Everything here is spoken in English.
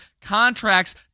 contracts